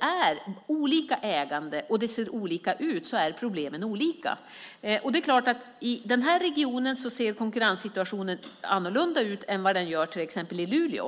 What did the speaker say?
är olika ägande, och det ser olika ut. Därför är problemen olika. Det är klart att konkurrenssituationen i denna region ser annorlunda ut än den gör till exempel i Luleå.